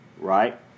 right